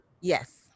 Yes